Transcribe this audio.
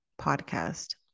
podcast